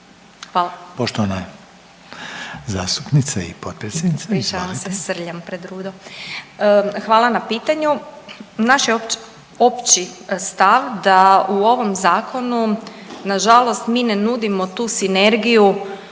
**Glasovac, Sabina (SDP)** Ispričavam se, srljam pred rudo. Hvala na pitanju. Naš je opći stav da u ovom zakonu nažalost mi ne nudimo tu sinergiju